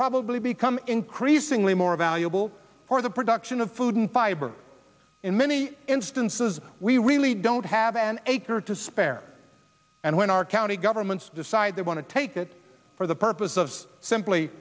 probably become increasingly more valuable for the production of food and fiber in many instances we really don't have an acre to spare and when our county governments decide they want to take it for the purpose of simply